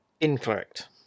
Incorrect